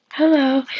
Hello